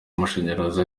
amashanyarazi